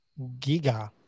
giga